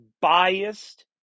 biased